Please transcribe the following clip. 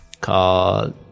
called